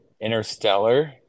Interstellar